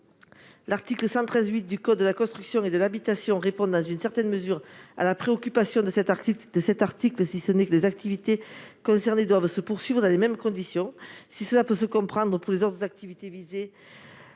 L'article 113-8 du code de la construction et de l'habitation répond, dans une certaine mesure, à l'objectif visé par cet article, tout en précisant que les activités concernées doivent se poursuivre dans les mêmes conditions. Si une telle précision peut se comprendre pour les autres activités visées,